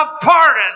pardon